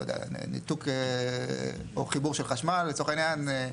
לא יודע, ניתוק או חיבור של חשמל לצורך העניין,